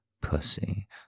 pussy